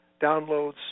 downloads